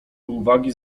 uwagi